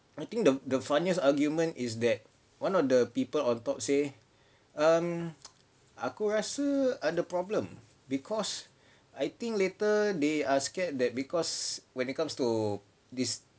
I think the the funniest argument is that one of the people on top say um aku rasa ada problem because I think later they are scared that because when it comes to this